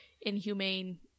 inhumane